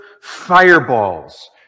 fireballs